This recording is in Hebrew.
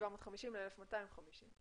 מ-750 ל-250?